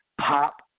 pop